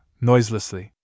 noiselessly